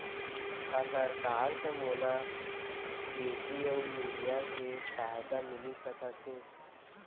का सरकार से मोला डी.ए.पी अऊ यूरिया के सहायता मिलिस सकत हे?